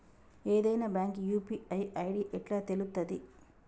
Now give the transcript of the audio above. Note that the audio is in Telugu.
ఏదైనా బ్యాంక్ యూ.పీ.ఐ ఐ.డి ఎట్లా తెలుత్తది?